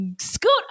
scoot